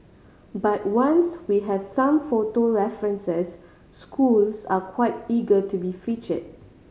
but once we have some photo references schools are quite eager to be featured